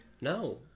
No